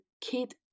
kid